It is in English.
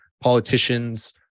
politicians